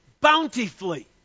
bountifully